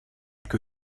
que